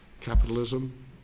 capitalism